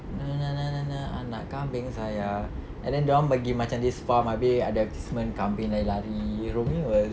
anak kambing saya and then dorang pergi macam this farm abeh ada advertisement kambing lari-lari rumi was